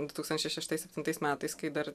du tūkstančiai šeštais septintais metais kai dar